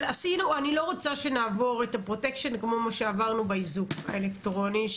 אני לא רוצה שנעבור עם הפרוטקשן כמו מה שעברנו באיזוק האלקטרוני,